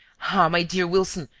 ah, my dear wilson,